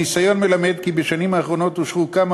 הניסיון מלמד כי בשנים האחרונות אושרו כמה